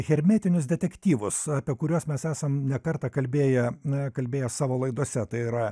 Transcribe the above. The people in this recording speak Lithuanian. hermetinius detektyvus apie kuriuos mes esam ne kartą kalbėję kalbėję savo laidose tai yra